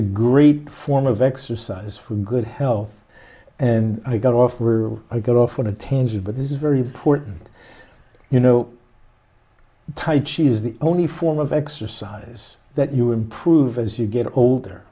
a great form of exercise for good health and i got off or i got off on a tangent but this is very important you know tight she is the only form of exercise that you improve as you get older